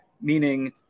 Meaning